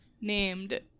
named